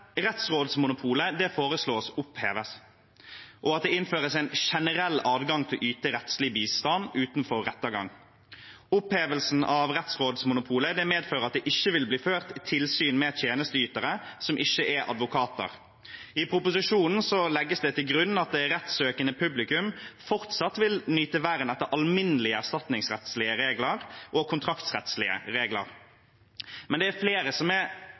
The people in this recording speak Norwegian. Rettsrådsmonopolet foreslås opphevet, og det foreslås at det innføres en generell adgang til å yte rettslig bistand utenfor rettergang. Opphevelsen av rettsrådsmonopolet medfører at det ikke vil bli ført tilsyn med tjenesteytere som ikke er advokater. I proposisjonen legges det til grunn at det rettssøkende publikum fortsatt vil nyte vern etter alminnelige erstatningsrettslige regler og kontraktsrettslige regler. Men det er flere som er